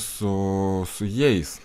su su jais